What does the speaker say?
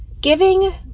giving